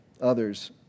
Others